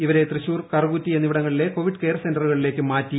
ഇവരെ തൃശൂർ കറുകുറ്റി എന്നിവിടങ്ങളിലെ covid care സെന്ററിലേയ്ക്ക് മാറ്റി